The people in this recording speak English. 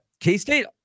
K-State